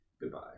Goodbye